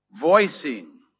voicing